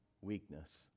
weakness